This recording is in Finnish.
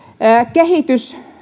kehitys